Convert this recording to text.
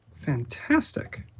Fantastic